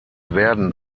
werden